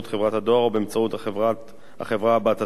חברת הדואר או באמצעות החברה הבת עצמה.